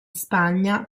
spagna